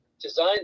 design